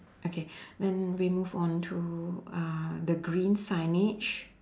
okay then we move on to uh the green signage